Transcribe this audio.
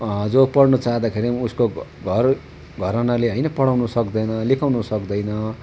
जो पढ्नु चाहँदाखेरि उसको घर घरानाले होइन पढाउन सक्दैन लेखाउन सक्दैन